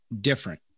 different